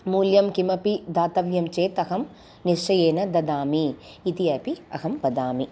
मूल्यं किमपि दातव्यं चेत् अहं निश्चयेन ददामि इति अपि अहं वदामि